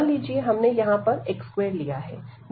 मान लीजिए हमने यहां पर x2लिया है